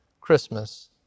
Christmas